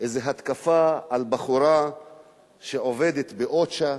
התקפה על בחורה שעובדת ב-OCHA,